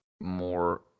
more